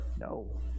No